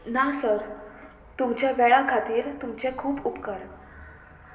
ना सर तुमच्या वेळा खातीर तुमचें खूब उपकार